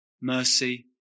mercy